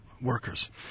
workers